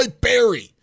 Barry